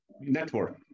network